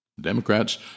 Democrats